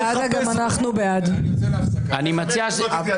מי נגד?